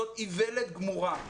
זו איוולת גמורה.